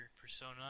persona